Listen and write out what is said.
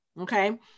okay